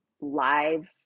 live